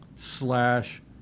slash